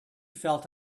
felt